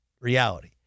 reality